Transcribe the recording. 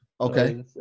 Okay